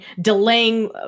delaying